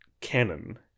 canon